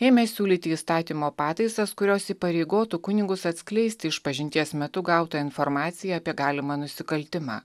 ėmė siūlyti įstatymo pataisas kurios įpareigotų kunigus atskleisti išpažinties metu gautą informaciją apie galimą nusikaltimą